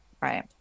Right